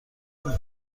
نمی